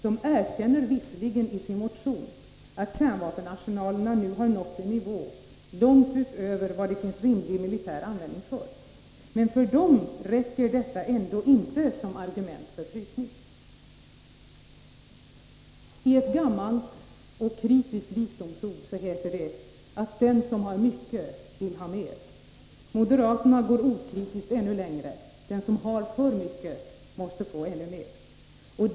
De erkänner visserligen i sin motion att kärnvapenarsenalerna nu nått en nivå långt utöver vad det finns rimlig militär användning för. Men för dem räcker detta ändå inte som argument för frysning. I ett gammalt och kritiskt visdomsord heter det att den som har mycket vill ha mer. Moderaterna går okritiskt ännu längre — den som har för mycket måste få ännu mer.